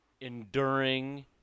enduring